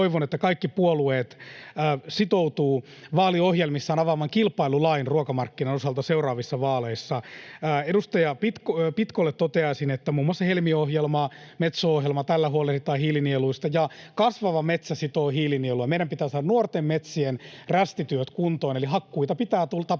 toivon, että kaikki puolueet sitoutuvat vaaliohjelmissaan seuraavissa vaaleissa avaamaan kilpailulain ruokamarkkinan osalta. Edustaja Pitkolle toteaisin, että muun muassa Helmi-ohjelmalla ja Metso-ohjelmalla huolehditaan hiilinieluista, ja kasvava metsä sitoo hiilinieluja. Meidän pitää saada nuorten metsien rästityöt kuntoon, eli hakkuita pitää tapahtua